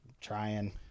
trying